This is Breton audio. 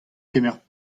kemer